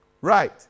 Right